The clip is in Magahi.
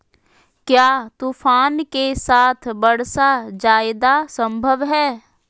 क्या तूफ़ान के साथ वर्षा जायदा संभव है?